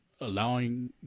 allowing